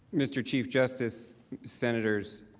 mr. chief justice centers